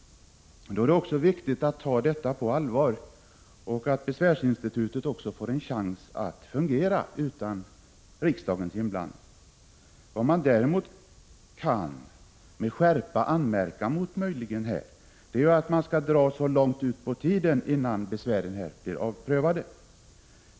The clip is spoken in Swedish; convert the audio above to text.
Då är det viktigt att vi tar de besvär som anförs på allvar och att vi ger besvärsinstitutet en chans att fungera utan riksdagens inblandning. Vad man däremot möjligen kan anmärka på i det här fallet är att regeringen drar så långt ut på tiden innan besvären blir prövade.